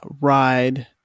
Ride